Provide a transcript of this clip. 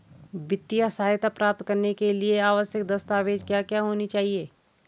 वित्तीय सहायता प्राप्त करने के लिए आवश्यक दस्तावेज क्या क्या होनी चाहिए?